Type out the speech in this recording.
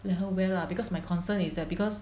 let her wear lah because my concern is that because